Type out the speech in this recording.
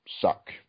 suck